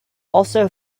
also